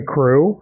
Crew